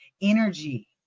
energy